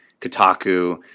Kotaku